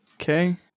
Okay